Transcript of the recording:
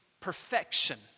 perfection